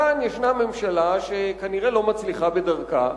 כאן יש ממשלה שכנראה לא מצליחה בדרכה,